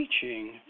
teaching